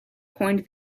coined